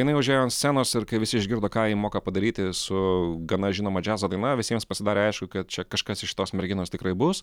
jinai užėjo ant scenos ir kai visi išgirdo ką ji moka padaryti su gana žinoma džiazo daina visiems pasidarė aišku kad čia kažkas iš tos merginos tikrai bus